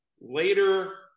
later